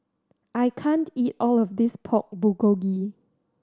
I can't eat all of this Pork Bulgogi